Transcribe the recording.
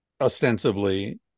ostensibly